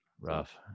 Rough